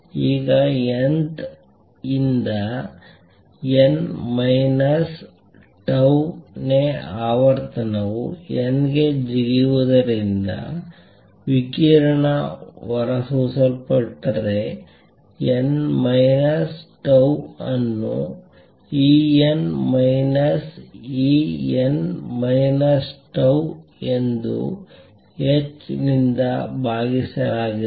ಈಗ nth ಯಿಂದ n minus tau ನೇ ಆವರ್ತನವು n ಗೆ ಜಿಗಿಯುವುದರಿಂದ ವಿಕಿರಣ ಹೊರಸೂಸಲ್ಪಟ್ಟರೆ n ಮೈನಸ್ ಟೌ ಅನ್ನು E n minus E n minus tau ಎಂದು h ನಿಂದ ಭಾಗಿಸಲಾಗಿದೆ